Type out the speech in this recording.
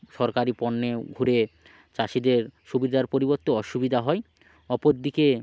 সরকারি পণ্যে ঘুরে চাষিদের সুবিধার পরিবর্তে অসুবিধা হয় অপর দিকে